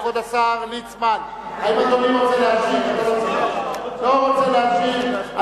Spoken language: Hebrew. כבוד השר ליצמן, האם אדוני רוצה להשיב?